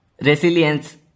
Resilience